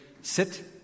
Sit